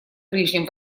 ближнем